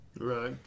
Right